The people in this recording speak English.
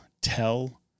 tell